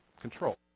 control